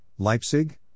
Leipzig